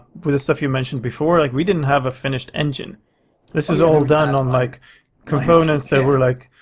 with the stuff you mentioned before, like we didn't have a finished engine this was all done on like components that were like.